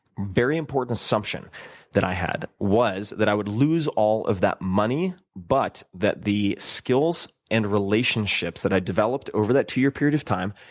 very important assumption i had was that i would lose all of that money but that the skills and relationships that i developed over that two year period of time,